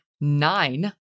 nine